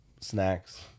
Snacks